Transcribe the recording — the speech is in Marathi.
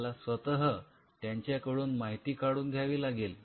तुम्हाला स्वतः त्यांच्याकडून माहिती काढून घ्यावी लागेल